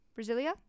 Brasilia